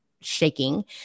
shaking